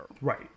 Right